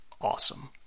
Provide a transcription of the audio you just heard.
awesome